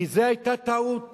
כי זאת היתה טעות